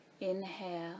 Inhale